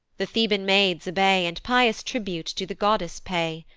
the theban maids obey, and pious tribute to the goddess pay.